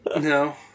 no